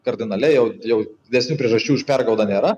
kardinaliai jau jau didesnių priežasčių už pergaudą nėra